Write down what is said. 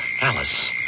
Alice